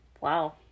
Wow